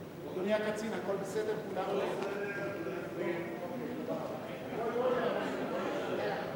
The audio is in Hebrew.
וילנאי: 7 306. הודעת ארגון הבריאות העולמי בעניין סכנת המכשירים